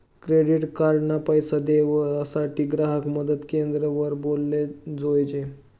credit card ना पैसा देवासाठे ग्राहक मदत क्रेंद्र वर बोलाले जोयजे